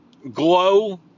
Glow